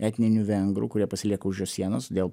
etninių vengrų kurie pasilieka už jos sienos dėl